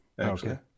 Okay